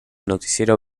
noticiero